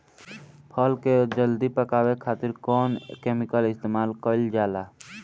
फल के जल्दी पकावे खातिर कौन केमिकल इस्तेमाल कईल जाला?